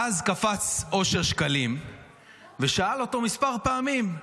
ואז קפץ אושר שקלים ושאל אותו כמה פעמים: